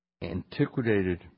antiquated